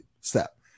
step